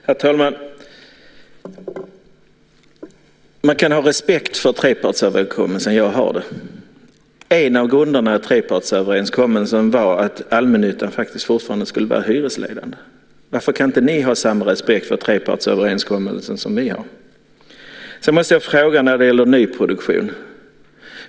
Herr talman! Man kan ha respekt för trepartsöverenskommelsen. Jag har det. En av grunderna i trepartsöverenskommelsen var att allmännyttan skulle fortsätta att vara hyresledande. Varför kan inte ni ha samma respekt för trepartsöverenskommelsen som vi har? Sedan måste jag ställa en fråga när det gäller nyproduktion.